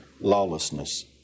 lawlessness